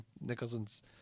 Nicholson's